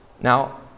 Now